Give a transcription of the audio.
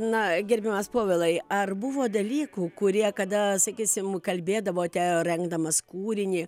na gerbiamas povilai ar buvo dalykų kurie kada sakysim kalbėdavote rengdamas kūrinį